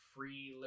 Free